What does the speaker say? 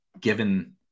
given